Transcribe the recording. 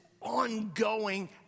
ongoing